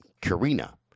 Karina